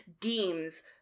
deems